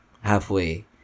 halfway